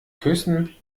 küssen